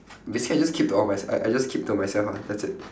basically I just keep to all my I I just keep to myself ah that's it